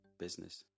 business